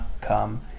come